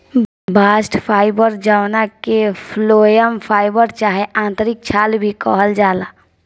bast fibre जवना के phloem fibre चाहे आंतरिक छाल भी कहल जाला